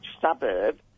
suburb